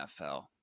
NFL